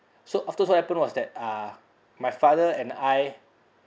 so after what happened was that uh my father and I